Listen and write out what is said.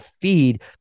feed